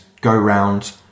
go-round